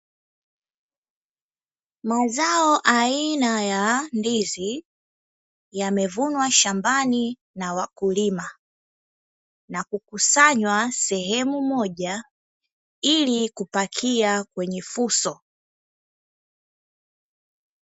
Mazao aina ya ndizi yamevunwa shambani na wakulima na kukusanywa sehemu moja ili kupakia kwenye fuso.